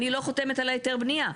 אני אל חותמת על היתר הבנייה.